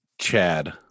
Chad